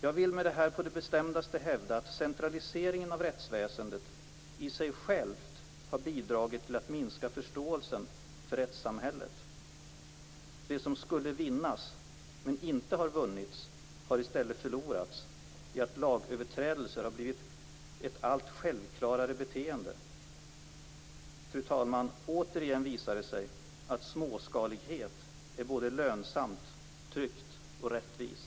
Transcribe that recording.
Jag vill med det här på det bestämdaste hävda att centraliseringen av rättsväsendet i sig själv har bidragit till att minska förståelsen för rättssamhället. Det som skulle vinnas har i stället förlorats i och med att lagöverträdelser har blivit ett alltmer självklart beteende. Fru talman! Återigen visar det sig att småskalighet är såväl lönsamt som tryggt och rättvist.